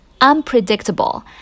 unpredictable